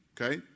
okay